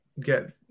get